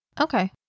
Okay